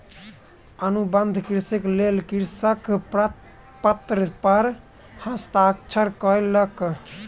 अनुबंध कृषिक लेल कृषक पत्र पर हस्ताक्षर कयलक